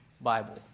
Bible